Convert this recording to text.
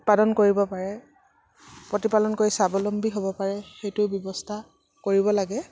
উৎপাদন কৰিব পাৰে প্ৰতিপালন কৰি স্বাৱলম্বী হ'ব পাৰে সেইটো ব্যৱস্থা কৰিব লাগে